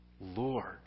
Lord